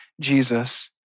Jesus